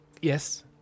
Yes